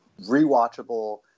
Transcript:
rewatchable